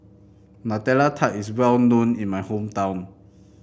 Nutella Tart is well known in my hometown